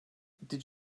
did